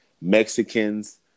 Mexicans